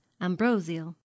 ambrosial